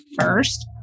first